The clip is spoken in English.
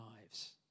lives